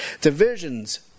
divisions